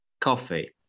coffee